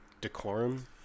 decorum